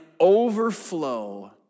overflow